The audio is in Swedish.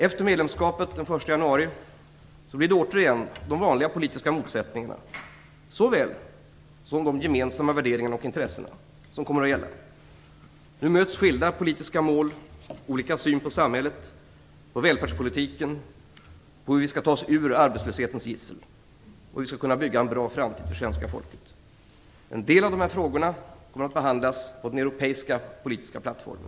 Efter medlemskapet den 1 januari blir det återigen de vanliga politiska motsättningarna - såväl som de gemensamma intressena - som kommer att gälla. Nu möts skilda politiska mål, olika syn på samhället, på välfärdspolitiken, på hur vi skall ta oss ur arbetslöshetens gissel, på hur vi skall kunna bygga en bra framtid för svenska folket. En del av dessa frågor kommer att behandlas på den europeiska politiska plattformen.